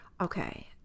Okay